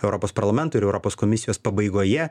europos parlamento ir europos komisijos pabaigoje